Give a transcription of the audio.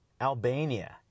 Albania